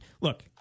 look